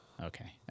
Okay